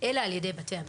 בניגוד לדרישת משרד